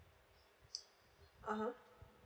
(uh huh)